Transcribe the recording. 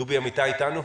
דובי אמיתי נמצא איתנו?